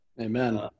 Amen